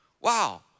Wow